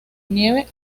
nieve